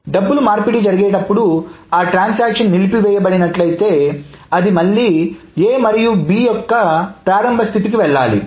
డబ్బులు మార్పిడి జరిగేటప్పుడు ఆ ట్రాన్సాక్షన్ నిలిపి నిలిపివేయబడినట్లయితే అది మళ్లీ A మరియు B యొక్క ప్రారంభ స్థితి కి వెళ్ళాలి